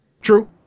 True